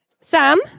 Sam